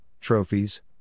trophies